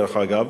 דרך אגב,